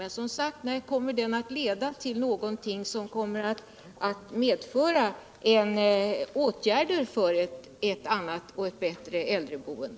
Men, som sagt, kommer den att leda till någonting som medför åtgärder för ett annat och bättre äldreboende?